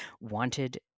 wanted